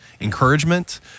encouragement